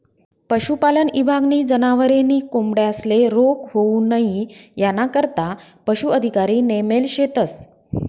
पशुपालन ईभागनी जनावरे नी कोंबड्यांस्ले रोग होऊ नई यानाकरता पशू अधिकारी नेमेल शेतस